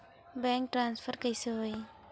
Bank transfer कइसे होही?